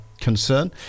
concern